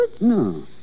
No